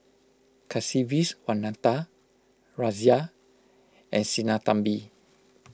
Kasiviswanathan Razia and Sinnathamby